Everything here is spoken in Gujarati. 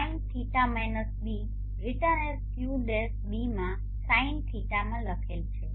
Sin ϕ - ß written as Q-B માં Sin ᵟ માં લખેલું છે